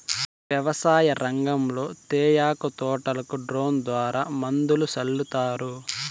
వ్యవసాయ రంగంలో తేయాకు తోటలకు డ్రోన్ ద్వారా మందులు సల్లుతారు